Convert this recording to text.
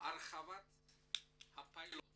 הרחבת הפיילוט